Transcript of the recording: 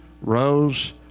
rose